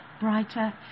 brighter